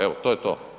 Evo, to je to.